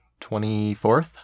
24th